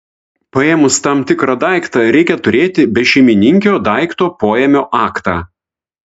paėmus tam tikrą daiktą reikia turėti bešeimininkio daikto poėmio aktą